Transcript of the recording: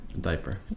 Diaper